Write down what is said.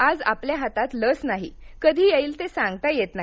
आज आपल्या हातात लस नाही कधी येईल ते सांगता येत नाही